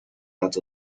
not